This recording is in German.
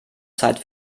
zeit